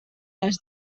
les